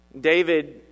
David